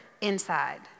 inside